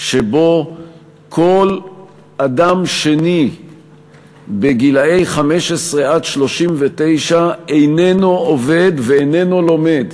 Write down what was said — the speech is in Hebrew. שבו כל אדם שני בגילי 15 39 איננו עובד ואיננו לומד,